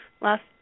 last